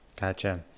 Gotcha